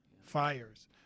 fires